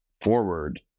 forward